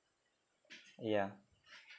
yeah